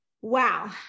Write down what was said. Wow